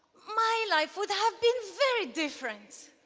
my life would have been very different.